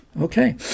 Okay